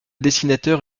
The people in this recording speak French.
dessinateur